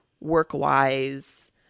work-wise